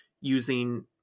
using